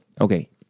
okay